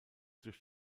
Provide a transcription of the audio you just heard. durch